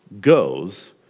goes